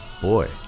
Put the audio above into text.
Boy